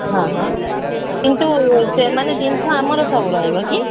ହଁ ହଁ କିନ୍ତୁ ସେମାନେ ଜିନିଷ ଆମର ସବୁ ରହିବ କି